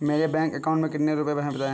मेरे bank account में कितने रुपए हैं बताएँ?